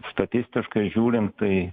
statistiškai žiūrint tai